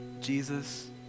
Jesus